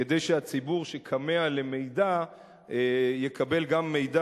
כדי שהציבור שכמה למידע יקבל גם מידע